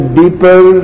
deeper